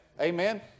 Amen